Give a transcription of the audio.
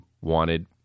wanted